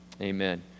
Amen